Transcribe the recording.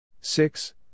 Six